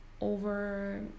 over